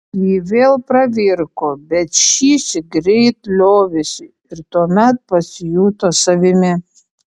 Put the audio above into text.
ji vėl pravirko bet šįsyk greit liovėsi ir tuomet pasijuto savimi